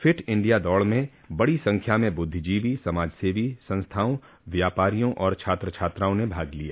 fit India दौड़ में बड़ी संख्या में बुद्धिजीवी समाजसेवी संस्थाओं व्यापारियों और छात्र छात्राओं ने भाग लिया